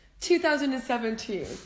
2017